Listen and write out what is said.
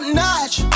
notch